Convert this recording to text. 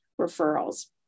referrals